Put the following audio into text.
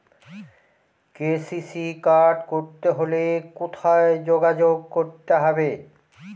KCC card করতে হলে কোথায় যোগাযোগ করতে হবে?